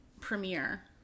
premiere